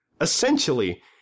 essentially